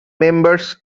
members